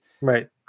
Right